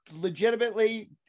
legitimately